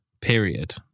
period